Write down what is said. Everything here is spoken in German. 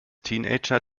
teenager